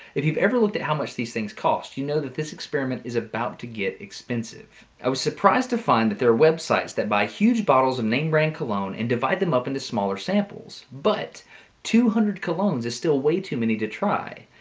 if you've ever looked at how much these things cost you'd you know that this experiment is about to get expensive. i was surprised to find that there are web sites that buy huge bottle of name brand cologne and divide them up into smaller samples, but two hundred colognes is still way too many to try.